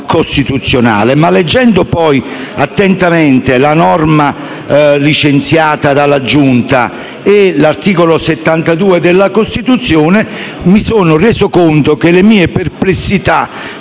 leggendo attentamente la norma licenziata dalla Giunta e l'articolo 72 della Costituzione, mi sono reso conto che le mie perplessità